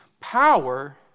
Power